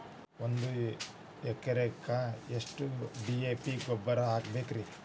ಒಂದು ಎಕರೆಕ್ಕ ಎಷ್ಟ ಡಿ.ಎ.ಪಿ ಗೊಬ್ಬರ ಹಾಕಬೇಕ್ರಿ?